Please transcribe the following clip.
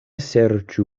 serĉu